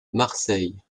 marseille